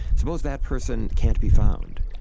suppose that person can't be found?